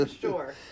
Sure